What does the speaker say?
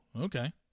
okay